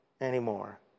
anymore